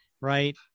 right